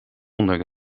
onder